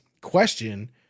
question